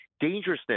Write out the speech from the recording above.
dangerousness